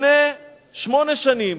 לפני שמונה שנים